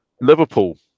Liverpool